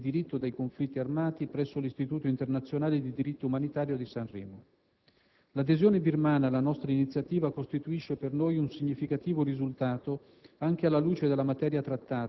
diritti umani e diritto dei conflitti armati presso l'Istituto internazionale di diritto umanitario di Sanremo. L'adesione birmana alla nostra iniziativa costituisce per noi un significativo risultato